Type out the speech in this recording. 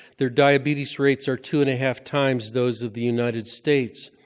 their diabetes rates are two and a half times those of the united states.